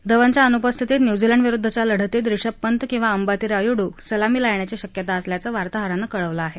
धवनच्या अनुपस्थितीत न्यूझीलंडविरुद्धच्या लढतीत ऋषभ पंत किंवा अंबाती रायुड्रू सलामीला येण्याची शक्यता असल्याचं आमच्या वार्ताहरांनं कळवलं आहे